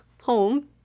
home